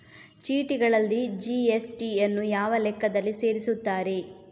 ಚೀಟಿಗಳಲ್ಲಿ ಜಿ.ಎಸ್.ಟಿ ಯನ್ನು ಯಾವ ಲೆಕ್ಕದಲ್ಲಿ ಸೇರಿಸುತ್ತಾರೆ?